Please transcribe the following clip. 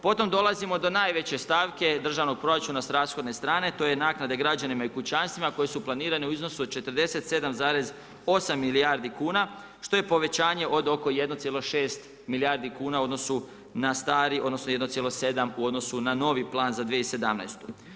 Potom dolazimo do najveće stavke državnog proračuna s rashodne strane, to je naknada građanima i kućanstvima koja su planirana u iznosu od 47,8 milijardi kuna što je povećanje od oko 1,6 milijardi kuna u odnosu na stari, odnosno 1,7 u odnosu na novi plan za 2017.